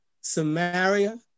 Samaria